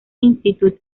institute